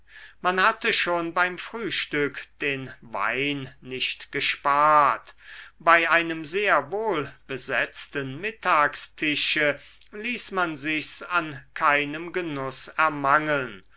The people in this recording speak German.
man hatte schon beim frühstück den wein nicht gespart bei einem sehr wohl besetzten mittagstische ließ man sich's an keinem genuß ermangeln